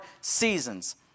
seasons